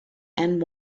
and